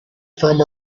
from